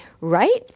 right